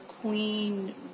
queen